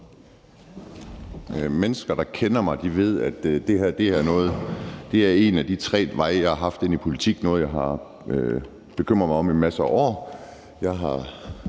Mennesker, der kender mig, ved, at det her er en af de tre veje, som jeg har haft ind i politik, og noget, som jeg har bekymret mig om i en masse år.